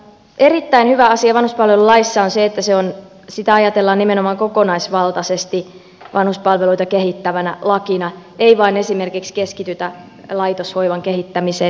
erittäin hyvä asia vanhuspalvelulaissa on se että sitä ajatellaan nimenomaan kokonaisvaltaisesti vanhuspalveluita kehittävänä lakina ei vain esimerkiksi keskitytä laitoshoivan kehittämiseen